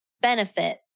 benefit